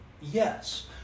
Yes